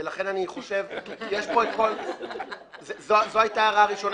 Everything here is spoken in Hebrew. ולכן, זו היתה הערה ראשונה.